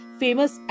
famous